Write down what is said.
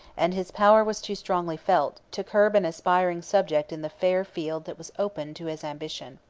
and his power was too strongly felt, to curb an aspiring subject in the fair field that was opened to his ambition.